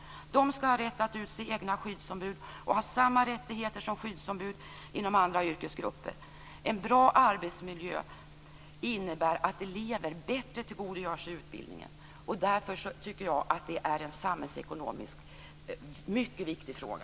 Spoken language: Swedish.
De skall ha rätt att utse egna skyddsombud, som skall ha samma rättigheter som skyddsombud inom andra yrkesgrupper. En bra arbetsmiljö innebär att elever bättre tillgodogör sig utbildningen. Därför är det en samhällsekonomiskt mycket viktig fråga.